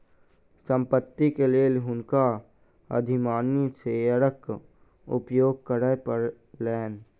संपत्ति के लेल हुनका अधिमानी शेयरक उपयोग करय पड़लैन